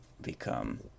become